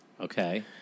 Okay